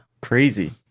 Crazy